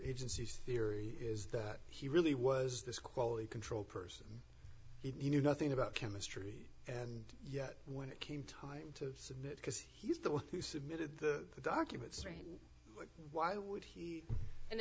agencies theory is that he really was this quality control person he knew nothing about chemistry and yet when it came time to submit because he's the one who submitted the documents strain why would he and